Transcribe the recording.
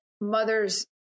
mothers